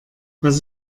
was